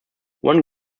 one